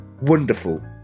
wonderful